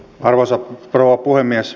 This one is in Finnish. arvoisa rouva puhemies